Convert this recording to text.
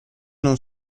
non